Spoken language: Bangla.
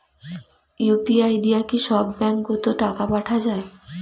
ইউ.পি.আই দিয়া কি সব ব্যাংক ওত টাকা পাঠা যায়?